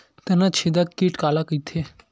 तनाछेदक कीट काला कइथे?